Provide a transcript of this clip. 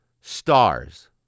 stars